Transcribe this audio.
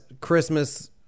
Christmas